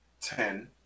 ten